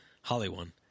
Hollywood